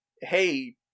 hey